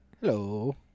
Hello